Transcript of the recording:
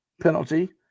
penalty